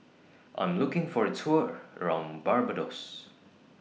I'm looking For A Tour around Barbados